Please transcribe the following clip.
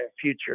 future